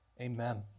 Amen